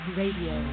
radio